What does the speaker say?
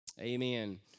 Amen